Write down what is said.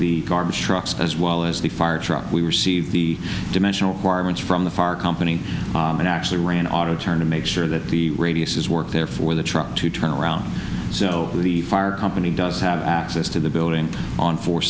the garbage trucks as well as the fire truck we received the dimensional image from the far company and actually ran auto turn to make sure that the radius is work there for the truck to turn around so the fire company does have access to the building on four